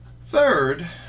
Third